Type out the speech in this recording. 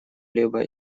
либо